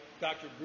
Dr